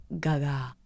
gaga